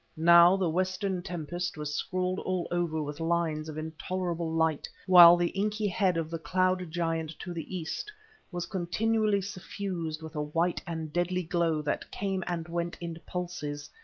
now the western tempest was scrawled all over with lines of intolerable light, while the inky head of the cloud-giant to the east was continually suffused with a white and deadly glow that came and went in pulses,